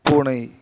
பூனை